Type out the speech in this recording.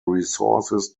resources